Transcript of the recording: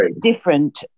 different